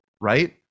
right